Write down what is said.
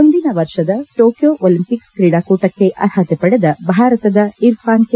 ಮುಂದಿನ ವರ್ಷದ Tokyo Olympics ಕ್ರೀಡಾಕೂಟಕ್ಕೆ ಅರ್ಹತೆ ಪಡೆದ ಭಾರತದ ಇರ್ಫಾನ್ ಕೆ